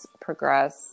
progress